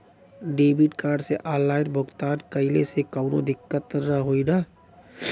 Debit card से online भुगतान कइले से काउनो दिक्कत ना होई न?